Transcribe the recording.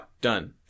Done